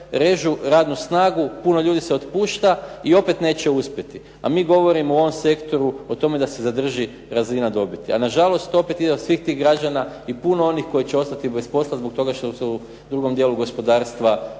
režu radnu snagu, puno ljudi se otpušta i opet neće uspjeti. A mi govorimo o ovom sektoru o tome da se zadrži razina dobiti. A nažalost, to opet ide od svih tih građana i puno onih koji će ostati bez posla zbog toga što se u drugom dijelu gospodarstva